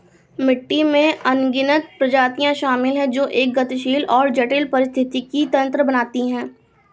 मिट्टी में अनगिनत प्रजातियां शामिल हैं जो एक गतिशील और जटिल पारिस्थितिकी तंत्र बनाती हैं